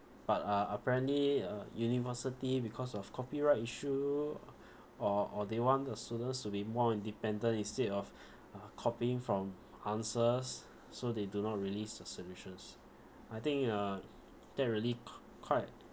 but uh apparently uh university because of copyright issue or or they want us students to be more independent instead of uh copying from answers so they do not release the solutions I think uh that really q~ quite